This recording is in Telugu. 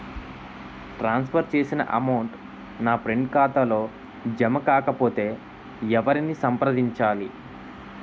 ట్రాన్స్ ఫర్ చేసిన అమౌంట్ నా ఫ్రెండ్ ఖాతాలో జమ కాకపొతే ఎవరిని సంప్రదించాలి?